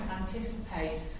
anticipate